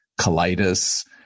colitis